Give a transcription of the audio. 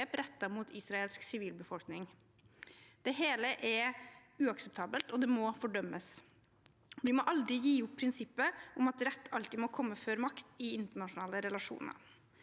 rettet mot israelsk sivilbefolkning. Det hele er uakseptabelt, og det må fordømmes. Vi må aldri gi opp prinsippet om at rett alltid må komme før makt i internasjonale relasjoner.